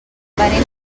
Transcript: venim